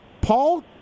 Paul